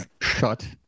shut